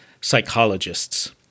psychologists